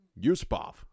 Yusupov